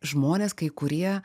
žmonės kai kurie